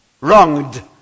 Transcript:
Wronged